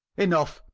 enough,